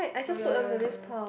oh ya ya ya ya